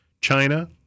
China